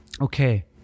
Okay